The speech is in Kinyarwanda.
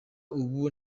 ubu